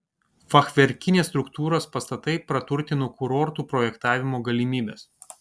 fachverkinės struktūros pastatai praturtino kurortų projektavimo galimybes